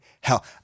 hell